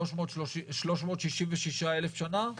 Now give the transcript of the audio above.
366,000 שנה?